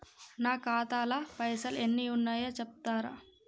నా ఖాతా లా పైసల్ ఎన్ని ఉన్నాయో చెప్తరా?